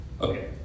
okay